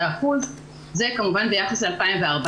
זה כמובן ביחס ל-2014.